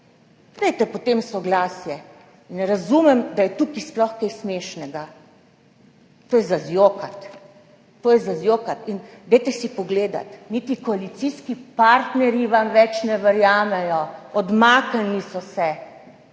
Dajte potem soglasje. Ne razumem, da je tukaj sploh kaj smešnega. To je za zjokati se. Poglejte si, niti koalicijski partnerji vam več ne verjamejo, odmaknili so se.